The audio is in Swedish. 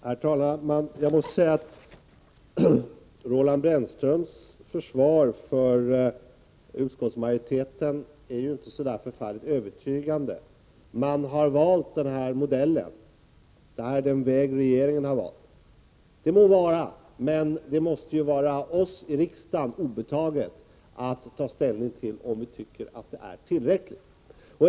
Herr talman! Roland Brännströms försvar för utskottsmajoritetens ställningstagande är ju inte så förfärligt övertygande. Man har valt denna modell. Det är den väg som regeringen har valt, och det må så vara. Men det måste vara oss i riksdagen obetaget att ta ställning till om vi tycker att detta är tillräckligt.